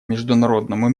международному